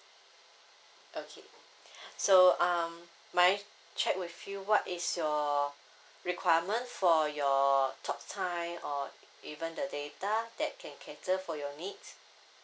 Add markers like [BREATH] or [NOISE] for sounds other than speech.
okay [BREATH] so um may I check with you what is your requirement for your talk time or even the data that can cater for your needs